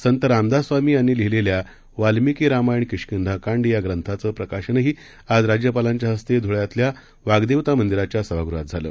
संतरामदासस्वामीयांनीलिहिलेल्यावाल्मिकीरामायण किष्किंधाकांड याप्रथाचंप्रकाशनही आजराज्यपालांच्या हस्ते धुळ्यातल्यावाग्देवतामंदिराच्यासभागृहातझालं